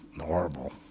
horrible